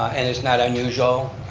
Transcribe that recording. and it's not unusual,